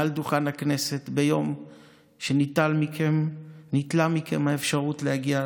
מעל דוכן הכנסת, ביום שניטלה מכם האפשרות להגיע